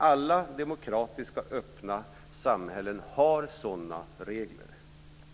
Alla demokratiska, öppna samhällen har sådana regler.